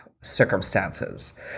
circumstances